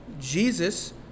Jesus